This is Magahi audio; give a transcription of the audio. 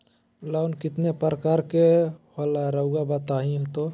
लोन कितने पारकर के होला रऊआ बताई तो?